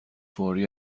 فوری